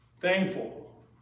Thankful